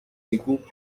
égoûts